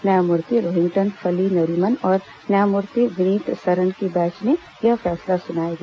न्यायमूर्ति रोहिन्टन फली नरीमन और न्यायमूर्ति विनीत सरन की बैंच ने यह फैसला सुनाया गया